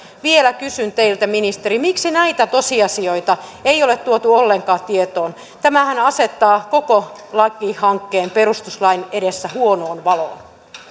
vielä kysyn teiltä ministeri miksi näitä tosiasioita ei ole tuotu ollenkaan tietoon tämähän asettaa koko lakihankkeen perustuslain edessä huonoon valoon